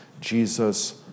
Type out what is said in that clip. Jesus